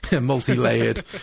multi-layered